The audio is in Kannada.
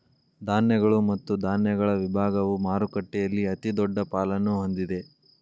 ಧಾನ್ಯಗಳು ಮತ್ತು ಧಾನ್ಯಗಳ ವಿಭಾಗವು ಮಾರುಕಟ್ಟೆಯಲ್ಲಿ ಅತಿದೊಡ್ಡ ಪಾಲನ್ನು ಹೊಂದಿದೆ